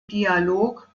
dialog